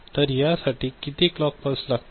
तर या साठी किती क्लॉक पल्सेस लागतील